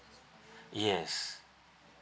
yes